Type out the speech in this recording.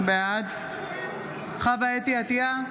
בעד חוה אתי עטייה,